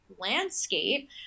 landscape